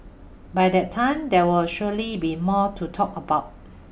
by that time there will surely be more to talk about